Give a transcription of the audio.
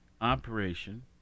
operation